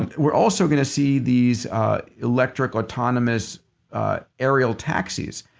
and we're also going to see these electric autonomous aerial taxis,